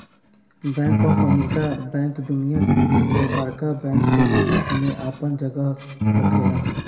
bank of America bank दुनिया के बड़का बैंक में आपन जगह रखेला